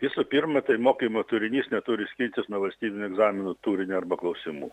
visų pirma tai mokymo turinys neturi skirtis nuo valstybinio egzamino turinio arba klausimų